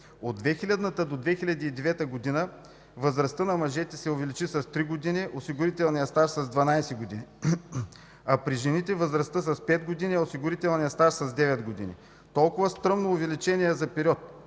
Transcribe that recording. От 2000-та до 2009-ата година възрастта на мъжете се увеличи с три години, осигурителният стаж – с 12 години. При жените възрастта са увеличи с пет години, а осигурителният стаж – с 9 години. Толкава стръмно увеличение за период